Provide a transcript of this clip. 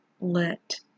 let